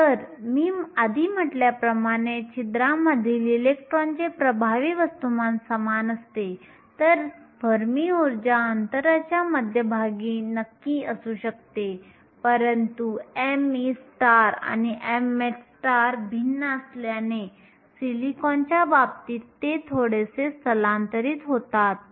जर मी आधी म्हटल्याप्रमाणे छिद्रांमधील इलेक्ट्रॉनचे प्रभावी वस्तुमान समान असते तर फर्मी ऊर्जा अंतरांच्या मध्यभागी नक्की असू शकतो परंतु me आणि mh भिन्न असल्याने सिलिकॉनच्या बाबतीत ते थोडेसे स्थलांतरीत होतात